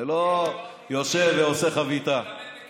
זה לא יושב ועושה חביתה.